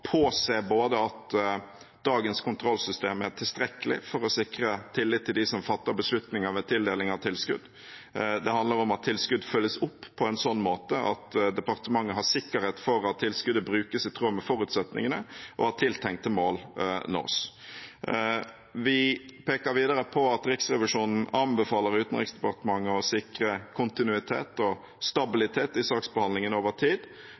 at dagens kontrollsystem er tilstrekkelig for å sikre tillit til dem som fatter beslutninger ved tildeling av tilskudd, og det handler om at tilskudd følges opp på en sånn måte at departementet har sikkerhet for at tilskuddet brukes i tråd med forutsetningene, og at tiltenkte mål nås. Vi peker videre på at Riksrevisjonen anbefaler Utenriksdepartementet å sikre kontinuitet og stabilitet i saksbehandlingen over tid,